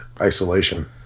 Isolation